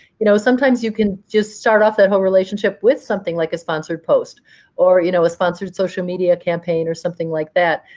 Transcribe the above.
you know sometimes you can just start off that whole relationship with something like a sponsored post or you know a sponsored social media campaign or something like that.